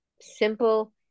simple